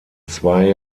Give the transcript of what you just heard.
zwei